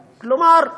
כלומר,